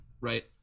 Right